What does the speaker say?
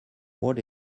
what